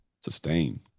Sustain